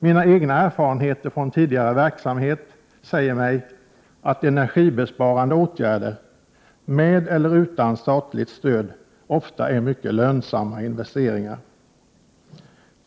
Mina egna erfarenheter från tidigare verksamhet säger mig att energibesparande åtgärder, med eller utan statligt stöd, ofta är mycket lönsamma investeringar.